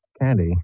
Candy